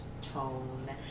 tone